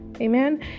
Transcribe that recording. Amen